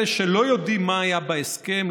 אלה שלא יודעים מה היה בהסכם,